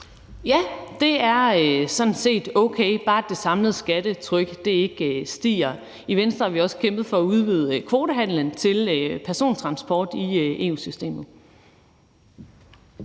Ja, det er sådan set okay, bare det samlede skattetryk ikke stiger. I Venstre har vi også kæmpet for at udvide kvotehandelen til persontransport i EU-systemet.